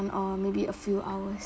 or maybe a few hours